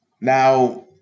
Now